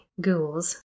ghouls